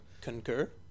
concur